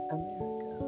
America